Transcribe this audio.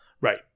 Right